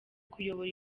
kuyobora